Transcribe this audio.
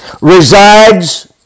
resides